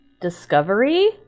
discovery